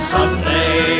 Sunday